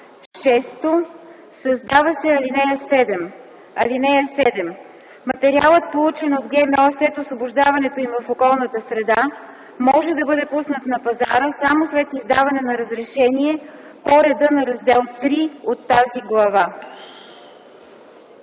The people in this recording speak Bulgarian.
6. Създава се ал. 7: „(7) Материалът, получен от ГМО след освобождаването им в околната среда, може да бъде пуснат на пазара само след издаване на разрешение по реда на Раздел ІІІ от тази глава”.”